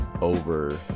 over